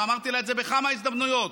ואמרתי לה את זה בכמה הזדמנויות,